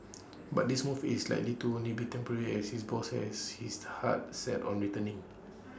but this move is likely to only be temporary as his boss has his heart set on returning